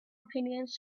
opinions